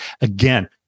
Again